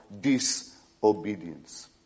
disobedience